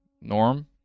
Norm